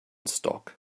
stock